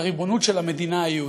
את הריבונות של המדינה היהודית,